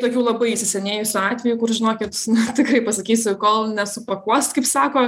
tokių labai įsisenėjusių atvejų kur žinokit nu tikrai pasakysiu kol nesupakuos kaip sako